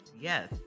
yes